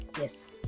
Yes